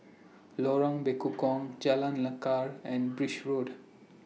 Lorong Bekukong Jalan Lekar and Birch Road